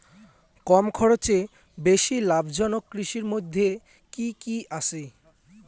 কম খরচে বেশি লাভজনক কৃষির মইধ্যে কি কি আসে?